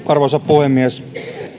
arvoisa puhemies